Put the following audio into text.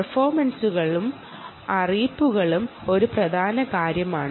പെർഫോർമൻസുകളും നോട്ടിഫിക്കേഷനുകളും ഒരു പ്രധാന കാര്യമാണ്